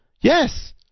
Yes